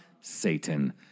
Satan